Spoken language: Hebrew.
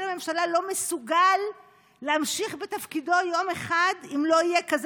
לממשלה לא מסוגל להמשיך בתפקידו יום אחד אם לא יהיה כזה